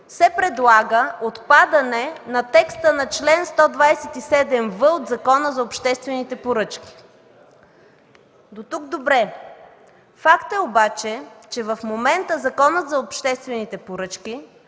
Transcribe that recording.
се предлага отпадане на текста на чл. 127в от Закона за обществените поръчки. Дотук, добре. Факт е обаче, че Законът за обществените поръчки